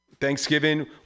Thanksgiving